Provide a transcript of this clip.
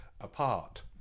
apart